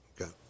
Okay